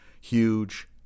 huge